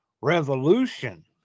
revolution